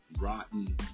rotten